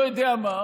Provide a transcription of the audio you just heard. לא יודע מה,